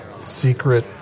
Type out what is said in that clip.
secret